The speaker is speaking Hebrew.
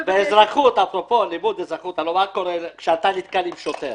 באזרחות אפרופו לימוד אזרחות הלוא מה קורה כשאתה נתקל בשוטר?